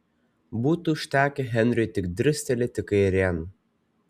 būtų užtekę henriui tik dirstelėti kairėn